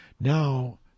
Now